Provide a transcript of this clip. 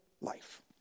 life